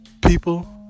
people